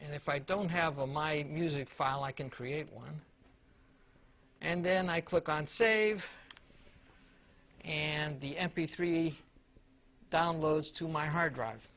and if i don't have all my music file i can create one and then i click on save and the m p three downloads to my hard drive